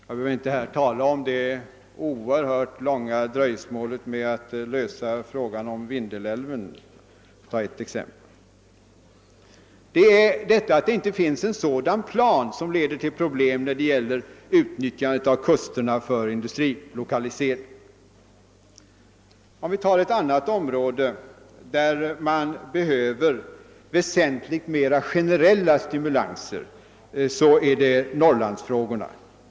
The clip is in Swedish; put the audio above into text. Jag behöver inte här påminna om det oerhört långa dröjsmålet med att lösa problemet med Vindelälven, för att ta bara ett exempel. Det är detta förhållande, att det inte finns en sådan gemensam plan, som leder till problem när det gäller utnyttjandet av kusterna för industrilokalisering. Ett annat område där det behövs väsentligt mera generella stimulanser är Norrlandsfrågorna.